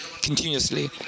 continuously